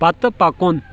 پتہٕ پکُن